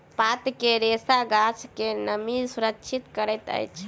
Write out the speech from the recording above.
पात के रेशा गाछ के नमी सुरक्षित करैत अछि